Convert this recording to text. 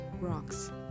rocks